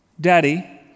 daddy